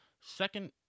Second